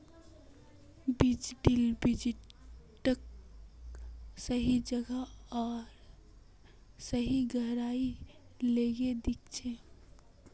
बीज ड्रिल बीजक सही जगह आर सही गहराईत लगैं दिछेक